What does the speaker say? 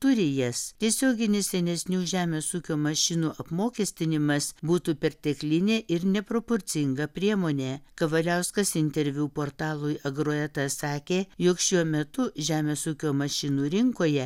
turi jas tiesioginis senesnių žemės ūkio mašinų apmokestinimas būtų perteklinė ir neproporcinga priemonė kavaliauskas interviu portalui agroeta sakė jog šiuo metu žemės ūkio mašinų rinkoje